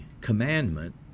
commandment